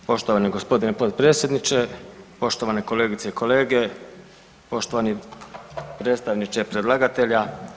Poštovani g. potpredsjedniče, poštovane kolegice i kolege, poštovani predstavničke predlagatelja.